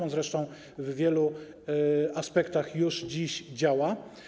On zresztą w wielu aspektach już dziś działa.